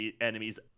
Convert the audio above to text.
enemies